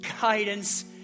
guidance